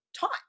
taught